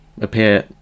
appear